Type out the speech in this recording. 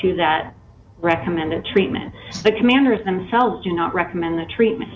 to that recommended treatment the commanders themselves do not recommend the treatment